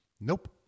Nope